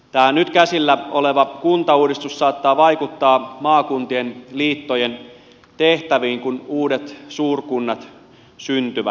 tämä nyt käsillä oleva kuntauudistus saattaa vaikuttaa maakuntien liittojen tehtäviin kun uudet suurkunnat syntyvät